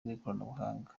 bw’ikoranabuhanga